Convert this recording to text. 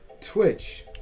Twitch